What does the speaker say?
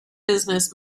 business